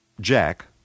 Jack